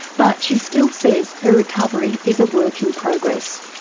but she still says her recovery is a work in progress.